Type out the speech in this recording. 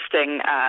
interesting